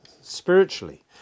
spiritually